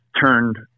turned